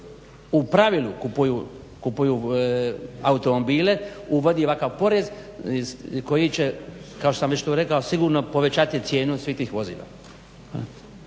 u pravilu kupuju automobile uvodi ovakav porez koji će kao što sam to rekao sigurno povećavati cijenu svih tih vozila.